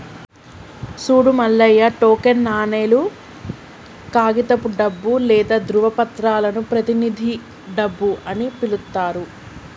సూడు మల్లయ్య టోకెన్ నాణేలు, కాగితపు డబ్బు లేదా ధ్రువపత్రాలను ప్రతినిధి డబ్బు అని పిలుత్తారు